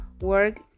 work